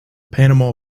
panama